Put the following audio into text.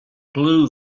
blew